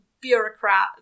bureaucrat